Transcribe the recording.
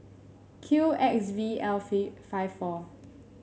Q X V L five four